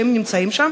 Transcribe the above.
שהם נמצאים בהם.